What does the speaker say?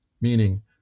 Meaning